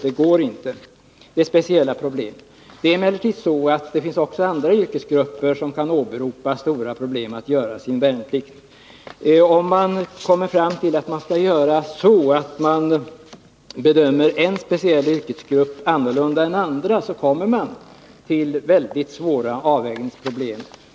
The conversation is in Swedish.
Det finns emellertid också andra yrkesgrupper som kan åberopa stora problem att göra sin värnpliktsutbildning. Om man bedömer en speciell yrkesgrupp annorlunda än andra, blir det svåra avvägningsproblem.